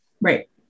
right